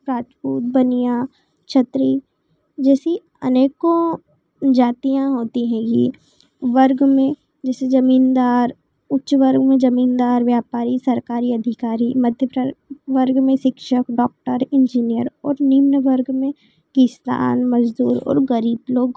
राजपूत बनिया क्षत्रीय जैसी अनेकों जातियाँ होती हैगी वर्ग में जैसे ज़मींदार उच्च वर्ग में ज़मींदार व्यापारी सरकारी अधिकारी मध्य प्र वर्ग में शिक्षक डॉक्टर इंजीनियर और निम्न वर्ग में किसान मज़दूर और गरीब लोग